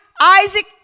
Isaac